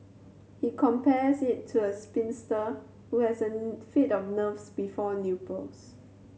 he compares it to a spinster who has a fit of nerves before nuptials